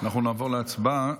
אנחנו נעבור להצבעה.